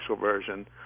version